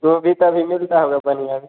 गोभी तो अभी मिलता होगा बंद वाली